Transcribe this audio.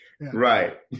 Right